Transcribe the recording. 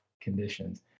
conditions